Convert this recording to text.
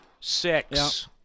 Six